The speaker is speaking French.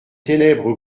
ténèbres